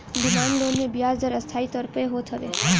demand loan मे बियाज दर अस्थाई तौर पअ होत हवे